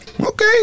Okay